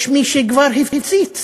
יש מי שכבר הפציץ